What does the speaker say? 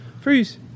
Freeze